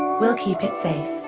we'll keep it safe.